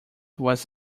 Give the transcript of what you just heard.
was